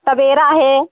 Tavera है